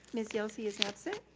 ms. yelsey is absent.